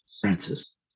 Francis